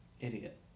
Idiot